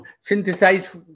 synthesize